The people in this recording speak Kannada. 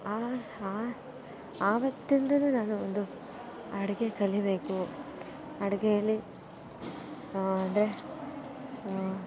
ಆ ಆ ಆವತ್ತಿಂದಲು ನಾನು ಒಂದು ಅಡಿಗೆ ಕಲಿಯಬೇಕು ಅಡಿಗೆಯಲ್ಲಿ ಅಂದರೆ